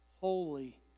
holy